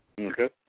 Okay